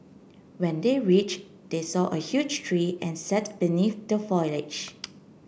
when they reach they saw a huge tree and sat beneath the foliage